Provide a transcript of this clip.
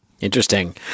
Interesting